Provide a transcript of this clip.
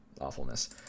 awfulness